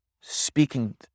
speaking